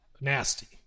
nasty